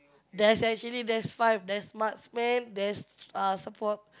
there's actually there's five there's marksman there's uh support